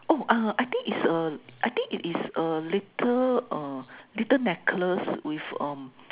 oh err I think is a I think it is a little err little necklace with um